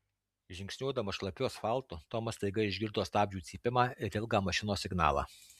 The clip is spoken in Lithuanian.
žingsniuodamas šlapiu asfaltu tomas staiga išgirdo stabdžių cypimą ir ilgą mašinos signalą